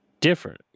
different